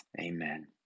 Amen